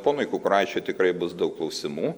ponui kukuraičiui tikrai bus daug klausimų